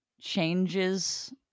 changes